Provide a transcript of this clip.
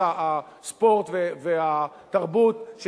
הספורט והתרבות,